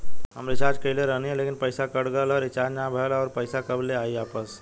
हम रीचार्ज कईले रहनी ह लेकिन पईसा कट गएल ह रीचार्ज ना भइल ह और पईसा कब ले आईवापस?